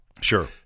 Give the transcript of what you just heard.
Sure